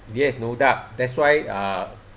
yes no doubt that's why uh